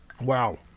Wow